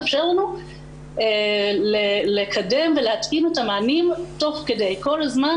מאפשר לנו לקדם ולהתאים את המענים תוך כדי כל הזמן